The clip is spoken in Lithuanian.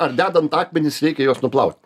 ar dedant akmenis reikia juos nuplau